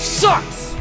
sucks